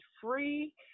free